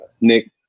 Nick